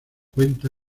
cuenta